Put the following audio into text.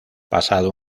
pasado